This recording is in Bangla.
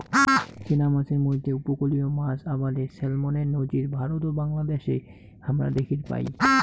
চেনা মাছের মইধ্যে উপকূলীয় মাছ আবাদে স্যালমনের নজির ভারত ও বাংলাদ্যাশে হামরা দ্যাখির পাই